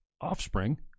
offspring